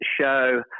show